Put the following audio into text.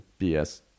BS